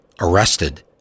arrested